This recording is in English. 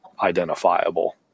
identifiable